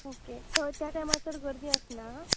okay थंय त्या टायमार चड गर्दी आसना